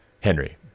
Henry